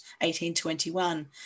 1821